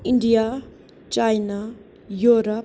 India China Europe